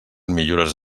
millores